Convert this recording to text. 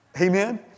Amen